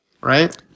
Right